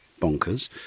bonkers